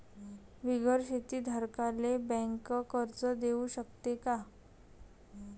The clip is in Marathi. बिगर शेती धारकाले बँक कर्ज देऊ शकते का?